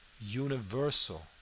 universal